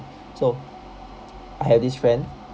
so I have this friend